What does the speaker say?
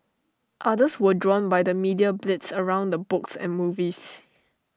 others were drawn by the media blitz around the books and movies